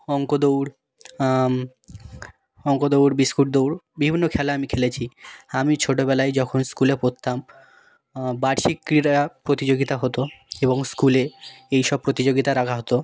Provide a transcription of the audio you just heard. অঙ্ক দৌড় অঙ্ক দৌড় বিস্কুট দৌড় বিভিন্ন খেলা আমি খেলেছি আমি ছোটোবেলায় যখন স্কুলে পড়তাম বার্ষিক ক্রীড়া প্রতিযোগিতা হতো এবং স্কুলে এই সব প্রতিযোগিতা রাখা হতো